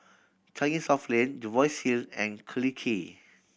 Changi South Lane Jervois Hill and Collyer Quay